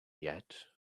yet